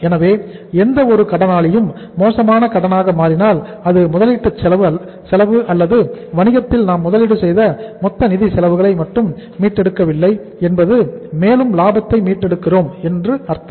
எனவே எந்த ஒரு கடனாளியும் மோசமான கடனாக மாறினால் அது முதலீட்டு செலவு அல்லது வணிகத்தில் நாம் முதலீடு செய்த மொத்த நிதி செலவுகளை மட்டும் மீட்டெடுக்கவில்லை என்பதும் மேலும் லாபத்தையும் மீட்டெடுக்க வில்லை என்று அர்த்தம்